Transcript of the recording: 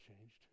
changed